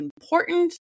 important